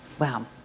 Wow